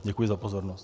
Děkuji za pozornost.